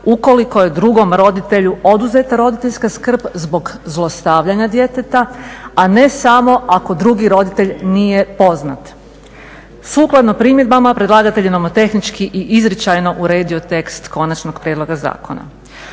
ukoliko je drugom roditelju oduzeta roditeljska skrb zbog zlostavljanja djeteta, a ne samo ako drugi roditelj nije poznat. Sukladno primjedbama predlagatelj je nomotehnički i izričajno uredio tekst konačnog prijedloga zakona.